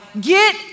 Get